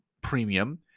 premium